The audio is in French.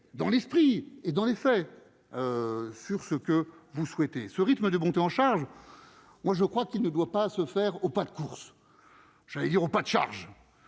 dans l'esprit et dans les faits, sur ce que vous souhaitez, ce rythme de montée en charge, moi je crois qu'il ne doit pas se faire au pas de course, j'allais dire au pas de charge,